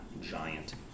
giant